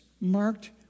marked